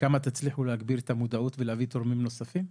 וכמה תצליחו להגביר את המודעות להביא תורמים נוספים?